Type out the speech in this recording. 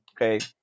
Okay